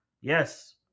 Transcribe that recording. Yes